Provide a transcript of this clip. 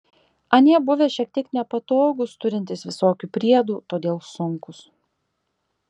anie buvę šiek tiek nepatogūs turintys visokių priedų todėl sunkūs